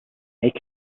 make